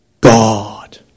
God